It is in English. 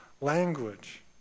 language